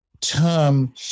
term